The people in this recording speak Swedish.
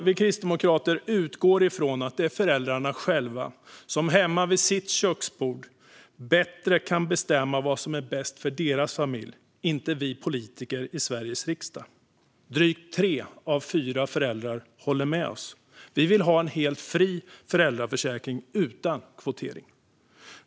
Vi kristdemokrater utgår ifrån att det är föräldrarna själva som hemma vid sitt köksbord bättre kan bestämma vad som är bäst för deras familj - inte vi politiker i Sveriges riksdag. Drygt tre av fyra föräldrar håller med oss. Vi vill ha en helt fri föräldraförsäkring utan kvotering.